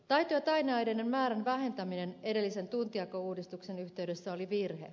taito ja taideaineiden määrän vähentäminen edellisen tuntijakouudistuksen yhteydessä oli virhe